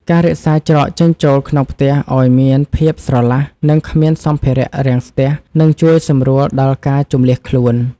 ការរក្សាច្រកចេញចូលក្នុងផ្ទះឱ្យមានភាពស្រឡះ និងគ្មានសម្ភារៈរាំងស្ទះនឹងជួយសម្រួលដល់ការជម្លៀសខ្លួន។